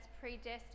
predestined